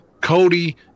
Cody